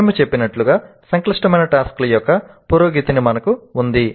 మేము చెప్పినట్లుగా సంక్లిష్టమైన టాస్క్ ల యొక్క పురోగతి మనకు ఉంది